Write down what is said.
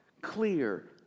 clear